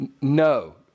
No